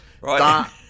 right